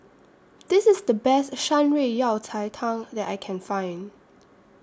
This IS The Best Shan Rui Yao Cai Tang that I Can Find